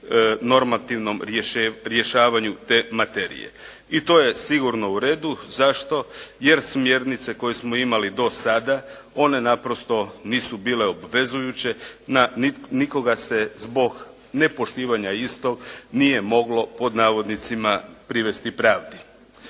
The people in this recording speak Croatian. normativnom rješavanju te materije. I to je sigurno u redu. Zašto? Jer smjernice koje smo imali do sada one naprosto nisu bile obvezujuće, nikoga se zbog nepoštivanja istog nije moglo pod navodnicima "privesti pravdi".